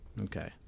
Okay